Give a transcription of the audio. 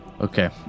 Okay